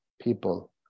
people